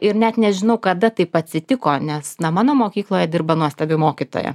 ir net nežinau kada taip atsitiko nes na mano mokykloje dirba nuostabi mokytoja